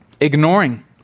ignoring